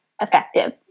effective